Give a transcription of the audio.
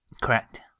correct